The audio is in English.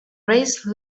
race